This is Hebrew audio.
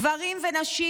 גברים ונשים,